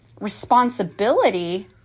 responsibility